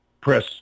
press